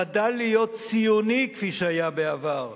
חדל להיות ציוני כפי שהיה בעבר,